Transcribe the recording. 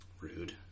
rude